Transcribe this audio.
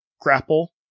grapple